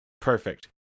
perfect